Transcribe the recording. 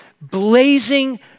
blazing